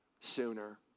sooner